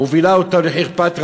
מובילה אותו לחרפת רעב.